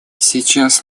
сейчас